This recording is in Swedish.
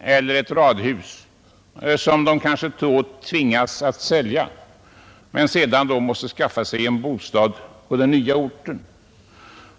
eller ett radhus som de kanske tvingas att sälja för att sedan skaffa sig en bostad på den nya orten.